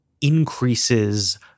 increases